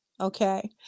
okay